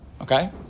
Okay